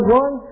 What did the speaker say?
one